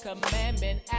commandment